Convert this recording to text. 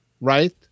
right